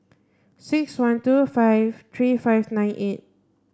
six one two five three five nine eight